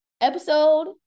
episode